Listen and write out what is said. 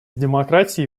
демократией